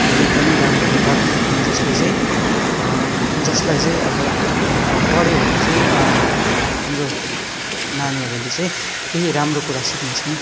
अनि एकदम राम्रो किताब जसले चाहिँ जसलाई चाहिँ अब पढ्यो भने चाहिँ हाम्रो नानीहरूले चाहिँ केही राम्रो कुरा सिक्ने छन्